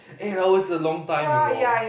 eight hours is a long time you know